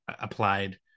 applied